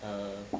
um